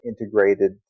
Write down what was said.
integrated